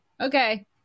okay